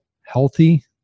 healthy